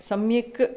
सम्यक्